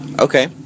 Okay